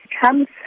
comes